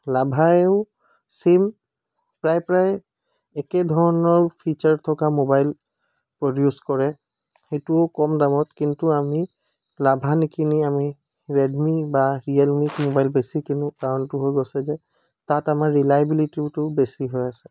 লাভায়ো same প্ৰায় প্ৰায় একেধৰণৰ ফিচাৰ থকা ম'বাইল প্ৰডিউচ কৰে সেইটোও কম দামত কিন্তু আমি লাভা নিকিনি আমি ৰেডমি বা ৰিয়েলমি ম'বাইল বেছি কিনো কাৰণটো হৈছে যে তাত আমাৰ ৰিলায়বিলেটিটোও বেছি হৈ আছে